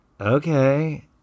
Okay